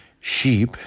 Sheep